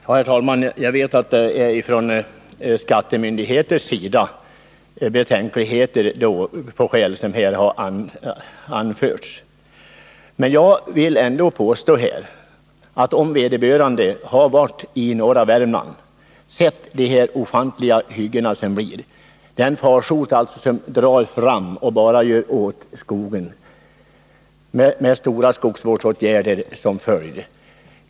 Herr talman! Jag vet att det är från skattemyndigheters sida som man framfört betänkligheter, av skäl som här anförts. Jag vill ändå påstå att om vederbörande hade varit i norra Värmland och sett de ofantliga hyggen som blir ofrånkomliga, då skulle man verkligen ha lagt sig vinn om att försöka lösa problemet.